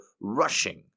rushing